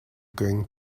going